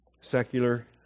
secular